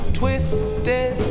twisted